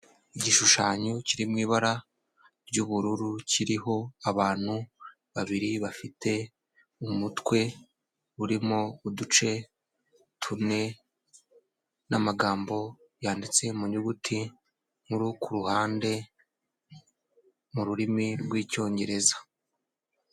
Igishushanyo kiri mu ibara ry'ubururu, kiriho abantu babiri bafite umutwe urimo uduce tune n'amagambo yanditse mu nyuguti nkuru ku ruhande mu rurimi rw'Icyongereza.